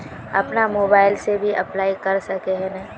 अपन मोबाईल से भी अप्लाई कर सके है नय?